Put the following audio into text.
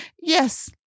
Yes